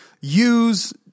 use